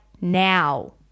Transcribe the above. now